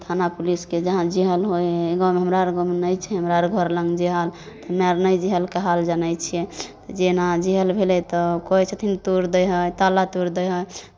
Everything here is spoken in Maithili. थाना पुलिसके जहाँ जहल होइ हइ गाँव हमरा अर गाँवमे नहि छै हमरा अर घर लग जेहल हमे आर नहि जहलके हाल जनैत छियै जेना जहल भेलै तऽ कहै छथिन तोड़ि दैत हइ ताला तोड़ि दैत हइ